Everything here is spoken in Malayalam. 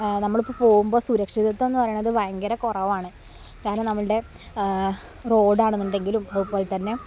നമ്മളിപ്പം പോകുമ്പോൾ സുരക്ഷിതത്വമെന്നു പറയണത് ഭയങ്കര കുറവാണ് കാരണം നമ്മളുടെ റോഡാണെന്നുണ്ടെങ്കിലും അതുപോലെതന്നെ